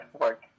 work